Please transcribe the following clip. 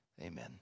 amen